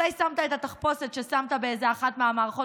מתי שמת את התחפושת ששמת באיזה אחת ממערכות